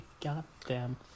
goddamn